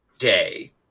day